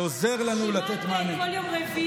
זה עוזר לנו לתת מענה.